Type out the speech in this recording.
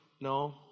No